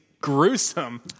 Gruesome